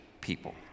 people